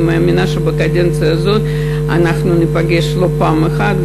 אני מאמינה שבקדנציה הזאת אנחנו ניפגש לא פעם אחת,